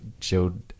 chilled